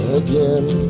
again